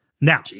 Now—